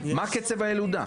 מה קצב הילודה?